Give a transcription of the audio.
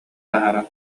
таһааран